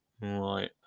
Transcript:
right